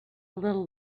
little